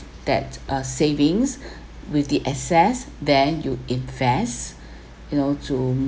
that uh savings with the access then you invest you know to